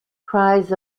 cries